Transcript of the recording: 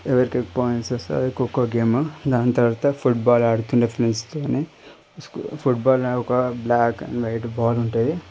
ఎవరికి ఎక్కువ పాయింట్స్ వస్తాయో అదే ఖోఖో గేమ్ దాని తర్వాత ఫుట్బాల్ ఆడుతుండే ఫ్రెండ్స్తో ఫుట్బాల్ ఒక బ్లాక్ అండ్ వైట్ బాల్ ఉంటుంది